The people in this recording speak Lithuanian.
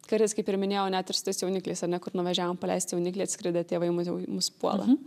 kartais kaip ir minėjau net ir su tais jaunikliais ar ne kur nuvažiavom paleist jauniklį atskridę tėvai mus jau mus puola